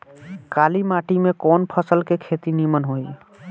काली माटी में कवन फसल के खेती नीमन होई?